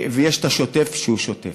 ויש השוטף, שהוא שוטף.